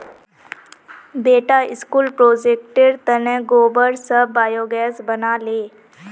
बेटा स्कूल प्रोजेक्टेर तने गोबर स बायोगैस बना ले